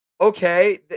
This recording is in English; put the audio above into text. okay